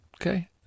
Okay